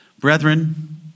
Brethren